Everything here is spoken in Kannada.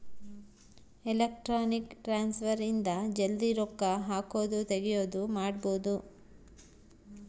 ಎಲೆಕ್ಟ್ರಾನಿಕ್ ಟ್ರಾನ್ಸ್ಫರ್ ಇಂದ ಜಲ್ದೀ ರೊಕ್ಕ ಹಾಕೋದು ತೆಗಿಯೋದು ಮಾಡ್ಬೋದು